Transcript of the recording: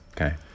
Okay